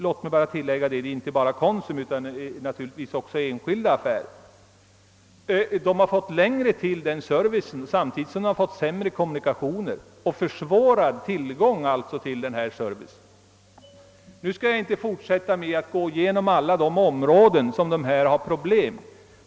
Och det är inte bara Konsums affärer utan även många privata affärer som lagts ned. Jag skall inte gå igenom alla de områden, på vilka dessa människor har problem.